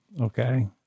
okay